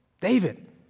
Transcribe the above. David